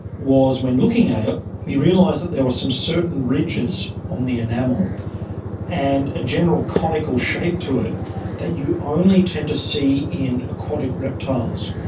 was when looking at it we realised that there were some certain ridges on the enamel and a general conical shape to it that you only tend to see in aquatic reptiles,